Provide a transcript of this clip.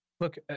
Look